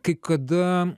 kai kada